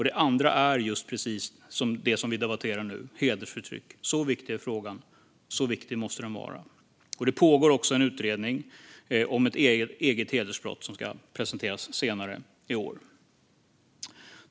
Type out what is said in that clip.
Den andra är just precis det som vi debatterar nu: hedersförtryck. Så viktig är frågan. Så viktig måste den vara. Det pågår också en utredning om ett eget hedersbrott, som ska presenteras senare i år.